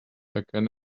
again